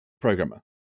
programmer